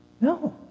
No